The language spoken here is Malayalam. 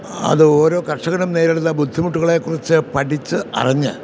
അത് ഓരോ കർഷകനും നേരിടുന്ന ബുദ്ധിമുട്ടുകളെക്കുറിച്ച് പഠിച്ച് അറിഞ്ഞ്